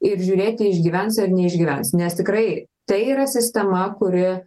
ir žiūrėti išgyvens ar neišgyvens nes tikrai tai yra sistema kuri